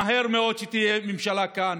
שמהר מאוד תהיה ממשלה כאן,